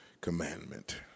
commandment